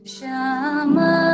Shama